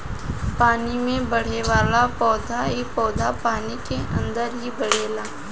पानी में बढ़ेवाला पौधा इ पौधा पानी के अंदर ही बढ़ेला